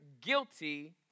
guilty